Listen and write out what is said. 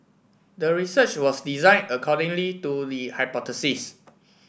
the research was design accordingly to the hypothesis